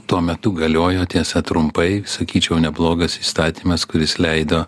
tuo metu galiojo tiesa trumpai sakyčiau neblogas įstatymas kuris leido